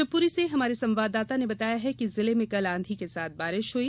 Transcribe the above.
शिवपुरी से हमारे संवाददाता ने बताया है कि जिले में कल आंधी के साथ बारिश हुई